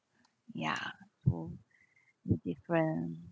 ya so different